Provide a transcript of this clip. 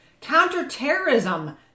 Counterterrorism